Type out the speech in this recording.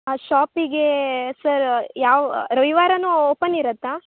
ಆ ಶಾಪಿಗೇ ಸರ್ ಯಾವ ರವಿವಾರ ಓಪನ್ ಇರುತ್ತಾ